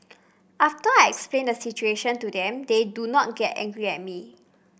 after I explain the situation to them they do not get angry at me